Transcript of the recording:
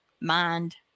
mind